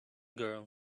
girl